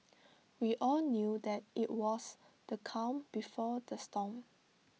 we all knew that IT was the calm before the storm